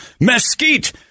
mesquite